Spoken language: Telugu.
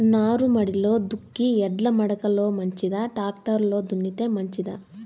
నారుమడిలో దుక్కి ఎడ్ల మడక లో మంచిదా, టాక్టర్ లో దున్నితే మంచిదా?